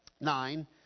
nine